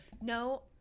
No